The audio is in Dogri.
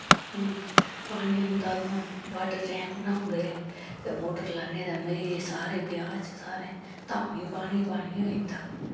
हून पानी औंदा ता वाटर टैंक बनाऊड़े ते मोटर लान्ने ते मजे सारे ब्याह् च सारैं धामे पानी गै पानी होई जंदा